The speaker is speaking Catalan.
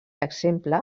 exemple